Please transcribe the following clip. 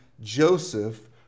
Joseph